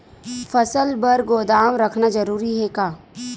फसल बर गोदाम रखना जरूरी हे का?